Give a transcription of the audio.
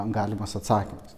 galimas atsakymas